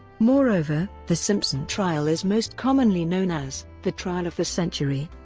moreover, the simpson trial is most commonly known as the trial of the century.